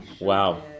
Wow